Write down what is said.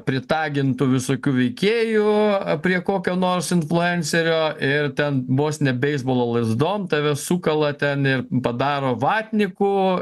pritagintų visokių veikėjų prie kokio nors influencerio ir ten vos ne beisbolo lazdom tave sukala ten padaro vatniku